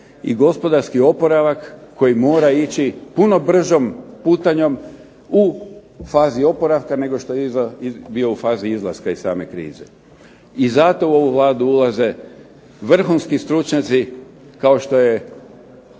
i gospodarski oporavak koji mora ići puno bržom putanjom u fazi oporavka nego što je bio u fazi izlaska iz same krize. I zato u ovu Vladu ulaze vrhunski stručnjaci kao što je